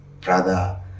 brother